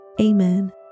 Amen